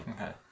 okay